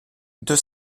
deux